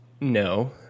no